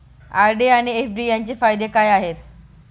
RD आणि FD यांचे फायदे काय आहेत?